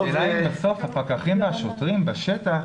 השאלה אם בסוף הפקחים והשוטרים בשטח